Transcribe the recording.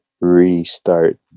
restart